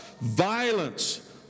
violence